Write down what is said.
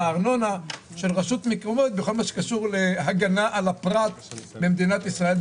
הארנונה של רשות מקומית בכל מה שקשור להגנה על הפרט במדינת ישראל.